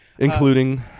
Including